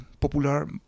popular